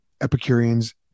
Epicureans